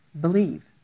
believe